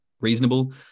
reasonable